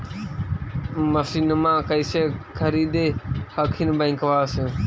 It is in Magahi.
मसिनमा कैसे खरीदे हखिन बैंकबा से?